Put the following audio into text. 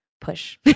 push